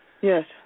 Yes